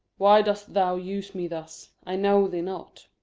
why dost thou use me thus? i know thee not.